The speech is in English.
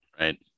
right